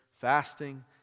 fasting